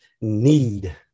need